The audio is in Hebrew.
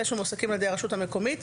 אלה שמועסקים על ידי הרשות המקומית,